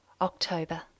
October